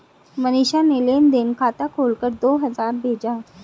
मनीषा ने लेन देन खाता खोलकर दो हजार भेजा